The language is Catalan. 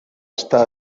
estar